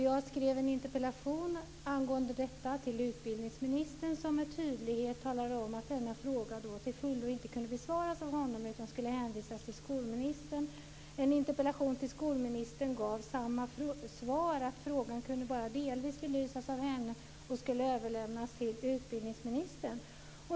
Jag skrev en interpellation angående detta till utbildningsministern, som med tydlighet talade om att denna fråga till fullo inte kunde besvaras av honom utan skulle hänvisas till skolministern. En interpellation till skolministern gav samma svar, dvs. att frågan bara delvis kunde belysas av henne och skulle överlämnas till utbildningsministern.